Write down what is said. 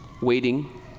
Waiting